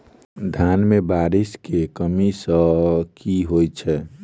धान मे बारिश केँ कमी सँ की होइ छै?